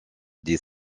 des